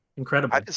Incredible